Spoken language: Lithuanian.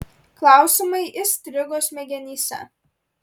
klausimai įstrigo smegenyse